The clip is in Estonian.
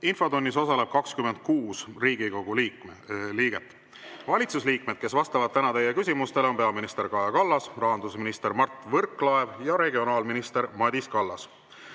Infotunnis osaleb 26 Riigikogu liiget. Valitsuse liikmed, kes vastavad täna teie küsimustele, on peaminister Kaja Kallas, rahandusminister Mart Võrklaev ja regionaalminister Madis Kallas.